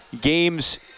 Games